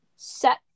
set